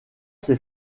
ses